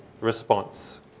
response